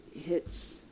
hits